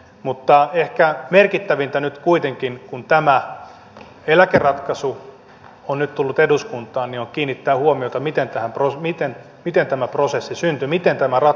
mutta ehkä merkittävintä nyt kuitenkin kun tämä eläkeratkaisu on nyt tullut eduskuntaan on kiinnittää huomiota siihen miten tämä prosessi syntyi miten tämä ratkaisu saatiin aikaan